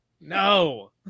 no